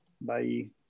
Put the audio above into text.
Bye